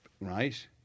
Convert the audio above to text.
right